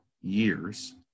years